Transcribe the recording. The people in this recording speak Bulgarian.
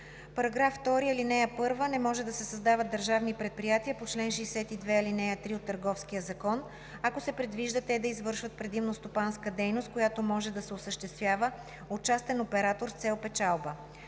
текста на ал. 1: „Не може да се създават държавни предприятия по чл. 62, ал. 3 от Търговския закон, ако се предвижда те да извършват предимно стопанска дейност, която може да се осъществява от частен оператор с цел печалба“,